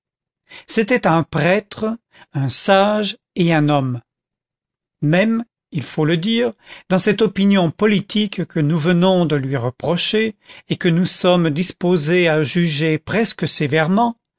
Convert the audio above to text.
c'était un prêtre un sage et un homme même il faut le dire dans cette opinion politique que nous venons de lui reprocher et que nous sommes disposé à juger presque sévèrement